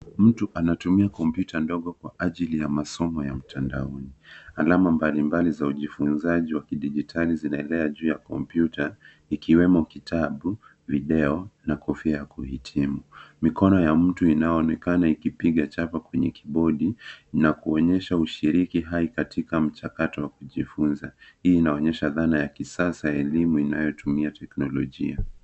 Mtu anatumia kompyuta ndogo kwa ajili ya masomo ya mtandaoni. Alama mbalimbali za ujifunzaji wa kidijitali zinaelea juu ya kompyuta ikiwemo kitabu, video na kofia ya kuhitimu. Mikono ya mtu inaonekana ikipiga chapa kwenye kibodi na kuonyesha ushiriki hai katika mchakato wa kujifunza. Hii inaonyesha dhana ya kisasa ya elimu inayotumia teknolojia.